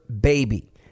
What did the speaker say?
baby